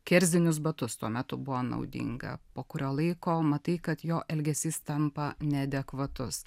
kerzinius batus tuo metu buvo naudinga po kurio laiko matai kad jo elgesys tampa neadekvatus